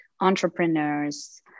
entrepreneurs